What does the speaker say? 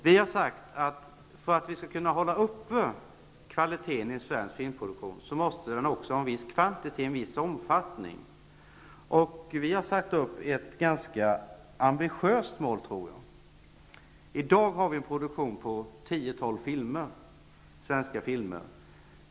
Vi har sagt att för att vi skall kunna hålla uppe kvaliteten i svensk film måste vi också ha en viss kvantitet. Vi har satt upp ett ganska ambitiöst mål. I dag har vi en produktion på 10--12 filmer.